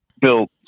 built